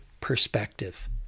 perspective